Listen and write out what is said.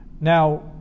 Now